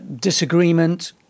disagreement